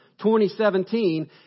2017